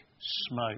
smoke